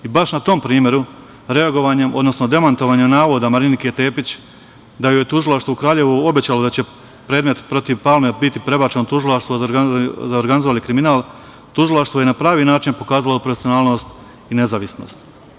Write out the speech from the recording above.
I baš na tom primeru, reagovanjem odnosno demantovanjem navoda Marinike Tepić da joj je Tužilaštvo u Kraljevu obećalo da će predmet protiv Palme biti prebačen u Tužilaštvo za organizovani kriminal, Tužilaštvo je na pravi način pokazalo profesionalnost i nezavisnost.